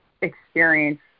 experience